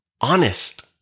honest